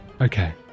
Okay